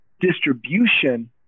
distribution